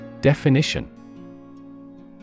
Definition